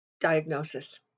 diagnosis